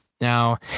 Now